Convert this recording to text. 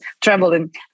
traveling